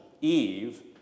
Eve